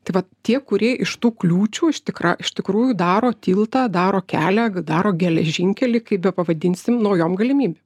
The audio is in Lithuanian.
tai vat tie kurie iš tų kliūčių iš tikra iš tikrųjų daro tiltą daro kelią daro geležinkelį kaip bepavadinsim naujom galimybėm